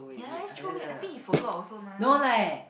ya lah just throw away I think he forgot also mah